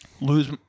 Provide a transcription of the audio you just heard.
lose